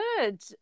good